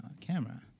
camera